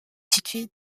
situé